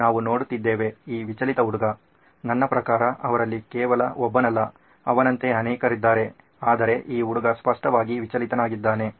ನಾವು ನೋಡುತ್ತಿದ್ದೇವೆ ಈ ವಿಚಲಿತ ಹುಡುಗ ನನ್ನ ಪ್ರಕಾರ ಅವರಲ್ಲಿ ಕೇವಲ ಒಬ್ಬನಲ್ಲ ಅವನಂತೆ ಅನೇಕರಿದ್ದಾರೆ ಆದರೆ ಈ ಹುಡುಗ ಸ್ಪಷ್ಟವಾಗಿ ವಿಚಲಿತನಾಗಿದ್ದಾನೆ